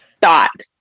thought